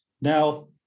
now